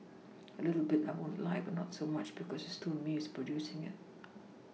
a little bit I won't lie but not so much because it's still me who is producing it